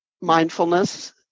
mindfulness